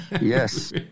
Yes